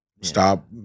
Stop